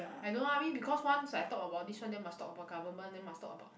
I don't know lah I mean because once I talk about this one then must talk about government then must talk about